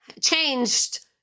changed